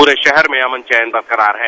पूरे शहर में अमन चैन बरकरार है